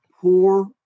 poor